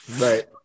right